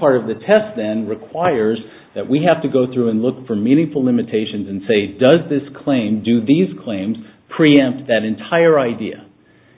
part of the test then requires that we have to go through and look for meaningful limitations and say does this claim do these claims preempt that entire idea